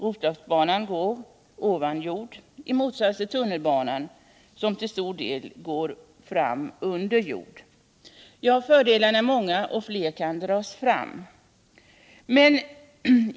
Roslagsbanan går ovan jord i motsats till tunnelbanan, som till stor del går fram under jord. Ja, fördelarna är många och fler kan dras fram.